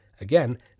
Again